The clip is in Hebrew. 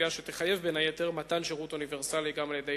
קביעה שתחייב בין היתר מתן שירות אוניברסלי גם על-ידי